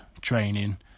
training